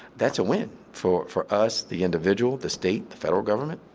that's a win for for us, the individual, the state, the federal government,